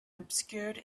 obscured